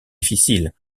difficiles